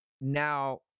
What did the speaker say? now